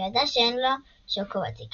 הוא ידע שאין לו שוקו בתיק.